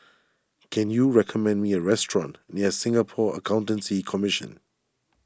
can you recommend me a restaurant near Singapore Accountancy Commission